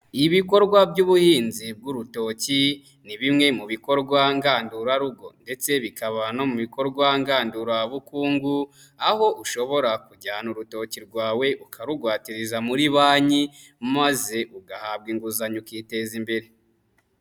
Ibikorwa by'ubuhinzi bw'urutoki ni bimwe mu bikorwa ngandurarugo ndetse bikaba no mu bikorwa ngandurabukungu aho ushobora kujyana urutoki rwawe ukarugwatiriza muri banki maze ugahabwa inguzanyo ukiteza imbere.